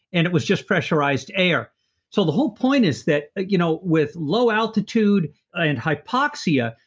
and it was just pressurized air so the whole point is that, you know with low altitude and hypoxia,